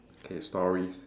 okay stories